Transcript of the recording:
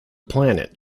planet